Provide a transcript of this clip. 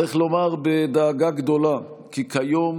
צריך לומר בדאגה גדולה כי כיום,